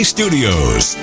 Studios